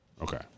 Okay